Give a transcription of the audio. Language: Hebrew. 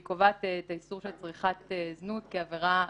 והיא קובעת את האיסור של צריכת זנות כעבירה מינהלית.